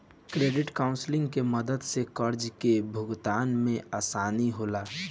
credit counselling के मदद से कर्जा के भुगतान में आसानी होला